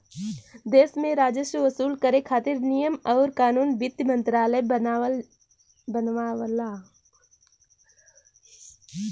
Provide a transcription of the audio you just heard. देश में राजस्व वसूल करे खातिर नियम आउर कानून वित्त मंत्रालय बनावला